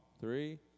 Three